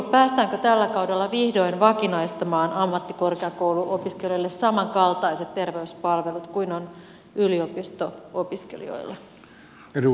päästäänkö tällä kaudella vihdoin vakinaistamaan ammattikorkeakouluopiskelijoille samankaltaiset terveyspalvelut kuin on yliopisto opiskelijoilla